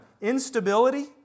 instability